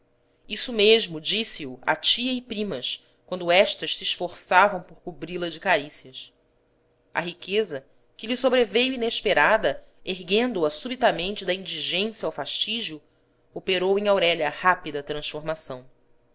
isso mesmo disse-o à tia e primas quando estas se esforçavam por cobri la de carícias a riqueza que lhe sobreveio inesperada erguendo a subitamente da indigência ao fastígio operou em aurélia rápida transformação